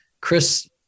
Chris